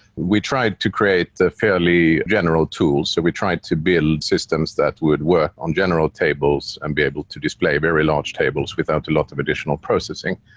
we tried to create a fairly general tool, so we tried to build systems that would work on general tables and be able to display very large tables without a lot of additional processing.